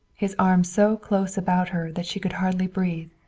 his arms so close about her that she could hardly breathe,